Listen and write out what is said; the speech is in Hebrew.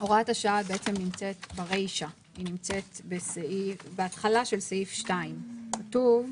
הוראת השעה נמצאת ברישה, בהתחלה של סעיף 2. כתוב: